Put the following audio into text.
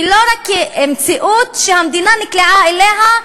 היא לא רק מציאות שהמדינה נקלעה אליה,